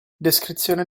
descrizione